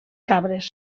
cabres